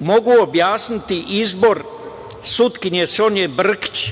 mogu objasniti izbor sutkinje Sonje Brkić,